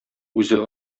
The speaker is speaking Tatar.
үзе